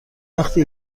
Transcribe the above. وقتی